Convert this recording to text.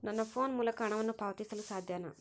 ನನ್ನ ಫೋನ್ ಮೂಲಕ ಹಣವನ್ನು ಪಾವತಿಸಲು ಸಾಧ್ಯನಾ?